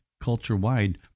culture-wide